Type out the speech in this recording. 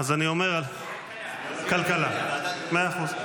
מאה אחוז.